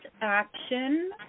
action